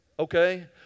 Okay